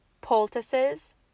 poultices